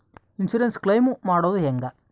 Insurance claim ಮಾಡೋದು ಹೆಂಗ?